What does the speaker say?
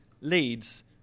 leads